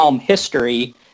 history